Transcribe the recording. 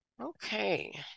Okay